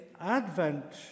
Advent